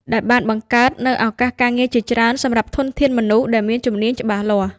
ដែលបានបង្កើតនូវឱកាសការងារជាច្រើនសម្រាប់ធនធានមនុស្សដែលមានជំនាញច្បាស់លាស់។